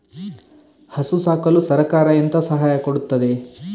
ಹಸು ಸಾಕಲು ಸರಕಾರ ಎಂತ ಸಹಾಯ ಕೊಡುತ್ತದೆ?